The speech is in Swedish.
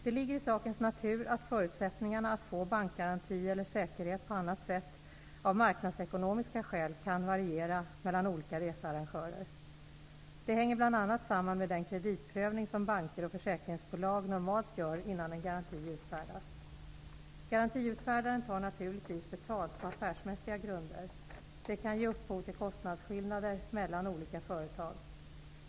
Det ligger i sakens natur att förutsättningarna att få bankgaranti eller säkerhet på annat sätt av marknadsekonomiska skäl kan variera mellan olika researrangörer. Det hänger bl.a. samman med den kreditprövning som banker och försäkringsbolag normalt gör innan en garanti utfärdas. Garantiutfärdaren tar naturligtvis betalt på affärsmässiga grunder. Det kan ge upphov till kostnadsskillnader mellan olika företag.